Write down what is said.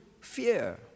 fear